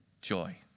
joy